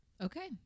Okay